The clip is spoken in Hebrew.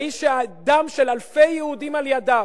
האיש שהדם של אלפי יהודים על ידיו?